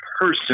person